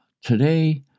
today